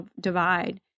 divide